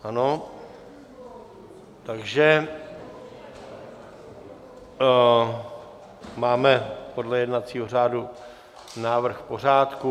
Ano, takže máme podle jednacího řádu návrh v pořádku.